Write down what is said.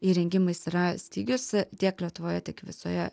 įrengimais yra stygius tiek lietuvoje tiek visoje